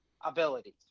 abilities